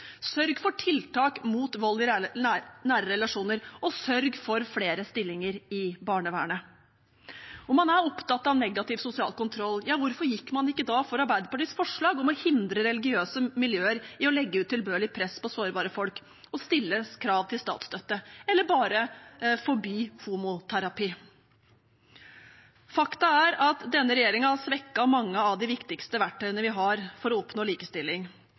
for tiltak mot vold i nære relasjoner, og sørg for flere stillinger i barnevernet. Om man er opptatt av negativ sosial kontroll, ja, hvorfor gikk man ikke da for Arbeiderpartiets forslag om å hindre religiøse miljøer i å legge utilbørlig press på sårbare folk, og at det stilles krav til statsstøtte – eller bare forby homoterapi. Faktum er at denne regjeringen har svekket mange av de viktigste verktøyene vi har for å oppnå likestilling,